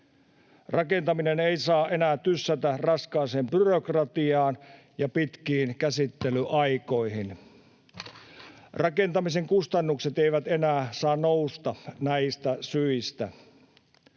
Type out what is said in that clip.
Rakentaminen ei saa enää tyssätä raskaaseen byrokratiaan ja pitkiin käsittelyaikoihin. Rakentamisen kustannukset eivät enää saa nousta näistä syistä.